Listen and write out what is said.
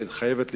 חייבת להיפסק.